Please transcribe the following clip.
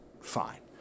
fine